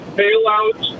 bailout